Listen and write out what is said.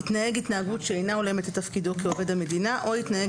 התנהג התנהגות שאינה הולמת את תפקידו כעובד המדינה או התנהג